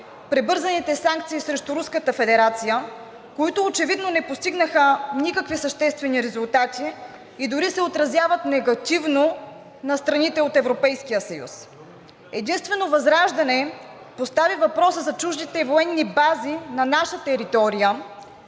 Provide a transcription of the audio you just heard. прибързаните санкции срещу Руската федерация, които очевидно не постигнаха никакви съществени резултати и дори се отразяват негативно на страните от Европейския съюз. Единствено ВЪЗРАЖДАНЕ постави въпроса за чуждите военни бази на наша територия,